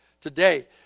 today